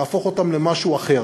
להפוך אותן למשהו אחר.